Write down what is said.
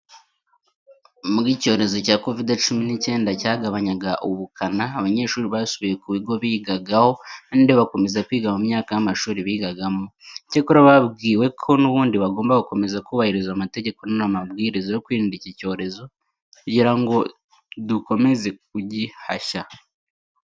Ubwo icyorezo cya kovide cumi n'icyenda cyagabanyaga ubukana, abanyeshuri basubiye ku bigo bigagaho kandi bakomeza kwiga mu myaka y'amashuri bigagamo. Icyakora babwiwe ko n'ubundi bagomba gukomeza kubahiriza amategeko n'amabwiriza yo kwirinda iki cyorezo kugira ngo tugomeze kugihashya.